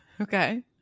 Okay